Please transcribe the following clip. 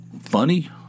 funny